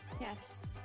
yes